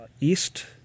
East